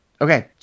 okay